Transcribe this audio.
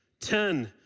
Ten